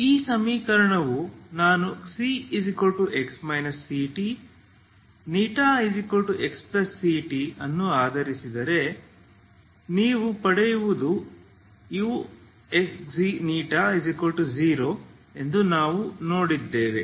ಈ ಸಮೀಕರಣವು ನಾನು ξx ct ηxct ಅನ್ನು ಆರಿಸಿದರೆ ನೀವು ಪಡೆಯುವುದು uξη0 ಎಂದು ನಾವು ನೋಡಿದ್ದೇವೆ